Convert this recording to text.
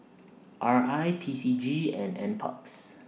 R I P C G and NParks